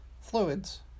fluids